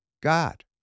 God